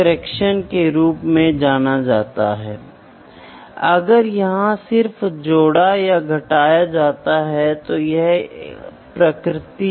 direct measurement आमतौर पर पसंद किए जाते हैं ताकि मैं सीधे मापता हूं और मूल्य प्राप्त करता हूं